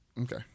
Okay